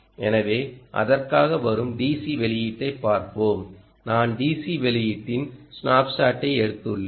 எனவே அதற்காக வரும் டிசி வெளியீட்டைப் பார்ப்போம் நான் டிசி வெளியீட்டின் ஸ்னாப்ஷாட்டை எடுத்துள்ளேன்